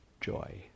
joy